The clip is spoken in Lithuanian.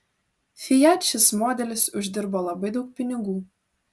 fiat šis modelis uždirbo labai daug pinigų